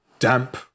damp